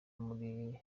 muri